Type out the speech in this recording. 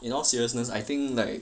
in all seriousness I think like